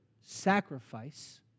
sacrifice